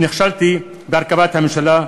נכשלתי בהרכבת הממשלה,